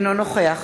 אינו נוכח